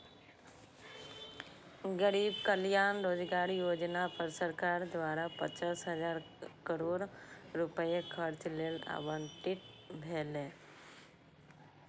गरीब कल्याण रोजगार योजना पर सरकार द्वारा पचास हजार करोड़ रुपैया खर्च लेल आवंटित भेलै